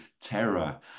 terror